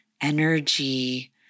energy